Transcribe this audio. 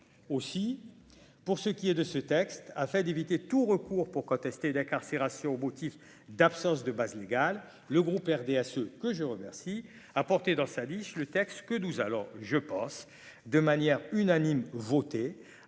aussi, pour ce qui est de ce texte afin d'éviter tout recours pour contester d'incarcération au motif d'absence de base légale, le groupe RDSE, que je remercie dans sa liste, le texte que nous, alors je pense de manière unanime, voter